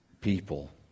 people